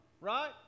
right